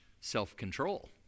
self-control